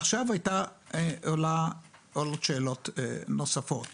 עכשיו עולות שאלות נוספות